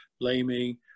blaming